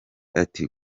ati